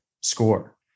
score